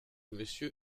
monsieur